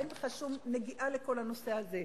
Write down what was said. אין בכלל שום נגיעה לכל הנושא הזה.